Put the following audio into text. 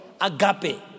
agape